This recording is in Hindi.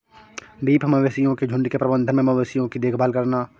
बीफ मवेशियों के झुंड के प्रबंधन में मवेशियों की देखभाल करना